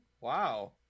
Wow